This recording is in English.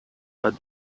but